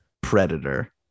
predator